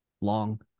long